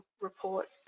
report